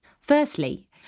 Firstly